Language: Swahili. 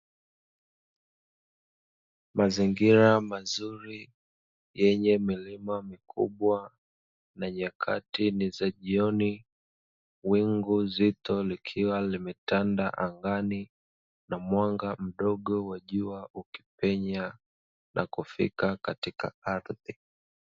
Mazingira mazuri yenye milima mikubwa, na nyakati ni za jioni wingu zito likiwa limetanda angani, na mwanga mdogo wa jua ukipenya na kufika katika ardhi.